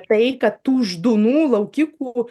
tai kad tų ždunų laukikų